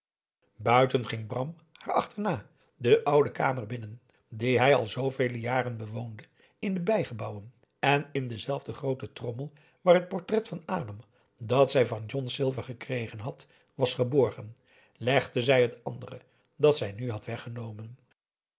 buiten ging bram haar achterna de oude kamer binnen die zij al zooveel jaren bewoonde in de bijgebouwen en in dezelfde groote trommel waar het portret van dam dat zij van john silver gekregen had was geborgen legde zij het andere dat zij nu had weggenomen